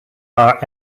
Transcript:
are